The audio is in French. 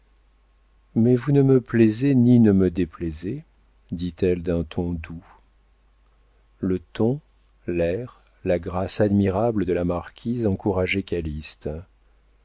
mais vous ne me plaisez ni ne me déplaisez dit-elle d'un ton doux le ton l'air la grâce admirable de la marquise encourageaient